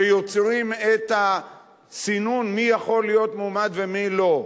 שיוצרים את הסינון מי יכול להיות מועמד ומי לא.